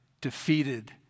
defeated